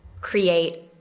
create